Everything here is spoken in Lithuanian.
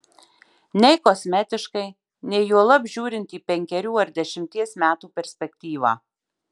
nei kosmetiškai nei juolab žiūrint į penkerių ar dešimties metų perspektyvą